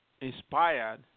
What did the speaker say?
inspired